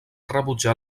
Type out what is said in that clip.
rebutjar